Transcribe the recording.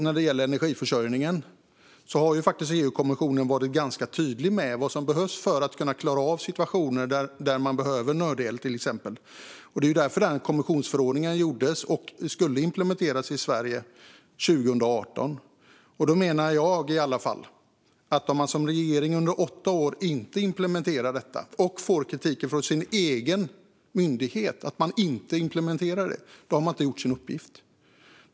När det gäller energiförsörjningen har EU-kommissionen varit tydlig med vad som behövs för att klara av till exempel situationer där man behöver nödel. Det var därför kommissionsförordningen kom till och skulle implementeras i Sverige 2018. Där menar i alla fall jag att en regering som under åtta år inte har implementerat detta och som får kritik för det från sin egen myndighet inte har gjort sin uppgift.